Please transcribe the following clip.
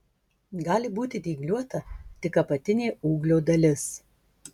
gali būti dygliuota tik apatinė ūglio dalis